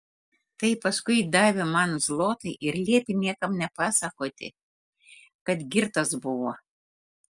tai paskui davė man zlotą ir liepė niekam nepasakoti kad girtas buvo